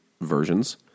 versions